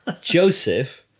Joseph